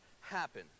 happen